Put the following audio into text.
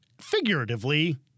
figuratively